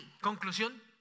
Conclusión